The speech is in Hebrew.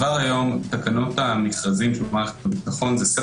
כבר היום תקנות המכרזים של מערכת הביטחון הן סט